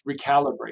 recalibrate